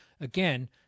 again